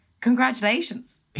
congratulations